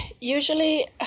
Usually